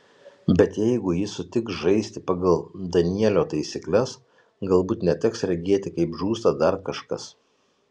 bet jeigu ji sutiks žaisti pagal danielio taisykles galbūt neteks regėti kaip žūsta dar kažkas